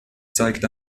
zeigt